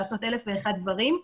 לעשות אלף ואחד דברים.